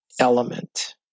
element